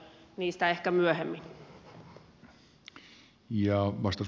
niistä ehkä myöhemmin